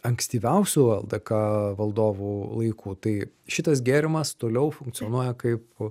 ankstyviausių ldk valdovų laikų tai šitas gėrimas toliau funkcionuoja kaip